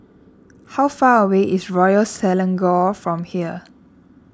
how far away is Royal Selangor from here